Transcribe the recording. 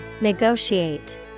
Negotiate